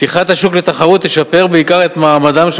פתיחת השוק לתחרות תשפר בעיקר את מעמדם של